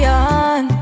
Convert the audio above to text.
on